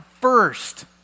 first